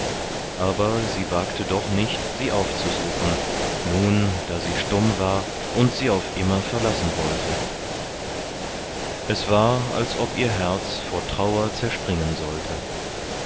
aber sie wagte doch nicht sie aufzusuchen nun da sie stumm war und sie auf immer verlassen wollte es war als ob ihr herz vor trauer zerspringen sollte